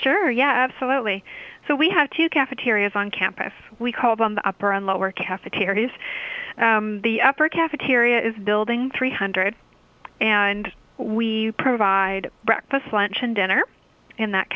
sure yeah absolutely so we had two cafeterias on campus we call them the upper and lower cafeterias the upper cafeteria is building three hundred and we provide breakfast lunch and dinner in that